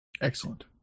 Excellent